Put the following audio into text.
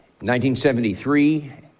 1973